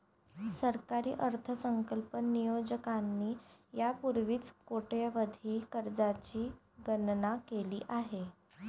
सरकारी अर्थसंकल्प नियोजकांनी यापूर्वीच कोट्यवधी कर्जांची गणना केली आहे